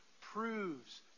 proves